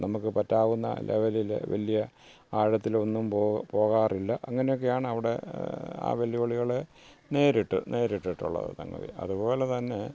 നമുക്ക് പറ്റാവുന്ന ലെവലിൽ വലിയ ആഴത്തിലൊന്നും പോകാറില്ല അങ്ങനെയൊക്കെയാണ് അവിടെ ആ വെല്ലുവിളികളെ നേരിട്ട് നേരിട്ടുള്ളത് സംഗതി അതുപോലെത്തന്നെ